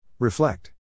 Reflect